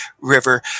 River